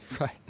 Right